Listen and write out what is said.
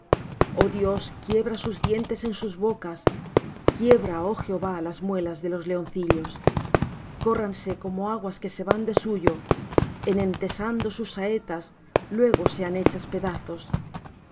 oh dios quiebra sus dientes en sus bocas quiebra oh jehová las muelas de los leoncillos corránse como aguas que se van de suyo en entesando sus saetas luego sean hechas pedazos